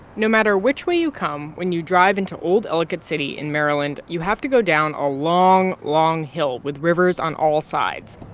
no matter which way you come when you drive into old ellicott city in maryland, you have to go down a long, long hill with rivers on all sides.